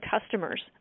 customers